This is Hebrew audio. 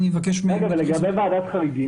ולגבי ועדת חריגים?